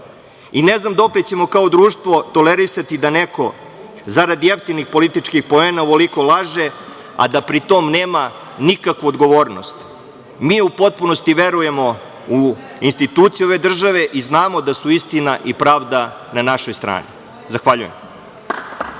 znam dokle ćemo kao društvo tolerisati da neko zarad jeftinih političkih poena ovoliko laže, a da pri tom nema nikakvu odgovornost. Mi u potpunosti verujemo u instituciju ove države i znamo da su istina i pravda na našoj strani. Zahvaljujem.